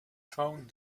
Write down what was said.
phone